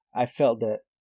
I felt that